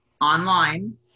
online